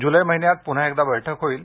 जुलै महिन्यात पुन्हा एकदा बैठक होइल